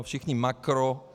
Všichni makro.